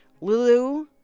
Lulu